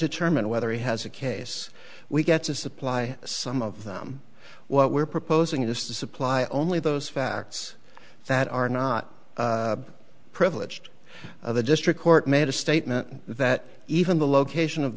determine whether he has a case we get to supply some of them what we're proposing to supply only those facts that are not privileged of a district court made a statement that even the location of